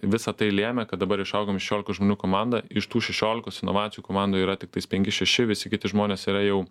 visa tai lėmė kad dabar išaugom į šešiolikos žmonių komandą iš tų šešiolikos inovacijų komandoj yra tiktai penki šeši visi kiti žmonės yra jau